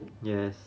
yes